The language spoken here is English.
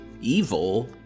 evil